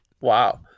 Wow